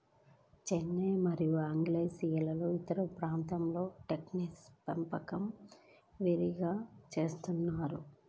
China మరియు ఆగ్నేయాసియాలోని ఇతర ప్రాంతాలలో టెర్రేస్ పెంపకం విరివిగా చేస్తున్నారు